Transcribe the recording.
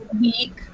week